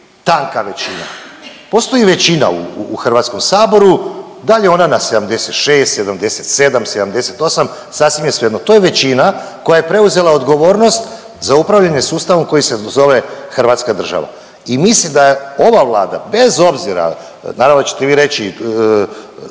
tanka većina. Postoji većina u HS-u, da li je ona na 76, 77, 78, sasvim je svejedno. To je većina koja je preuzela odgovornost za upravljanje sustavom koji se zove hrvatska država i mislim da ova Vlada, bez obzira, naravno da ćete vi reći,